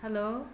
hello